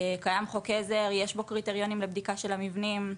קיים חוק עזר ויש בו קריטריונים לבדיקה של המבנים.